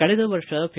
ಕಳೆದ ವರ್ಷ ಫೆ